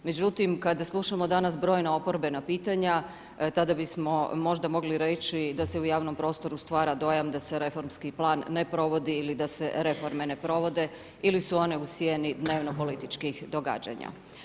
Međutim, kada slušamo danas brojna oporbena pitanja, tada bismo možda mogli reći, da se u javnom prostoru stvara dojam da se reformski plan ne provodi ili da se reforme ne provode ili su one u sijenu dnevno političkih događanja.